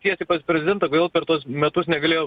tiesiai pas prezidentą kodėl per tuos metus negalėjo